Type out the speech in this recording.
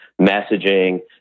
messaging